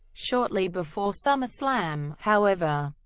shortly before summerslam, however,